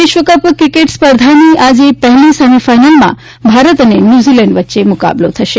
વિશ્વકપ ક્રિકેટ સ્પર્ધાની આજે પહેલી સેમી ફાઇનલમાં ભારત અને ન્યુઝીલેન્ડ વચ્ચે મુકાબલો થશે